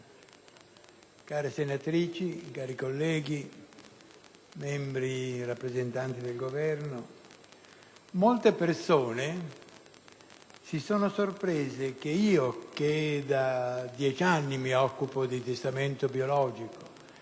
care senatrici, cari colleghi, rappresentanti del Governo, molte persone si sono sorprese che io, che da dieci anni mi occupo di testamento biologico